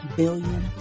billion